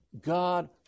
God